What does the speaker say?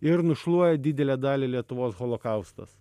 ir nušluoja didelę dalį lietuvos holokaustas